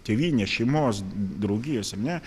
tėvynės šeimos draugijos ar ne